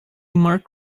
marked